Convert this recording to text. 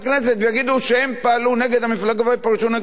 שהם פעלו נגד המפלגה ופרשו נגד המפלגה.